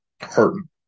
hurting